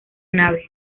nave